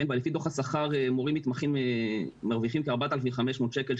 לפי דוח השכר מורים מתמחים מרוויחים כ-4,500 שקל,